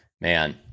man